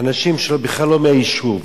אנשים שבכלל לא מהיישוב,